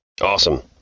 awesome